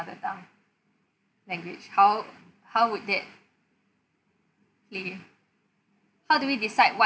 mother tongue language how how would that play how do we decide what